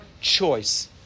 choice